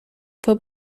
fue